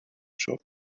shop